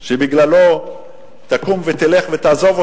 שבגללו היא תקום ותלך ותעזוב אותנו.